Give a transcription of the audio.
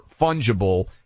fungible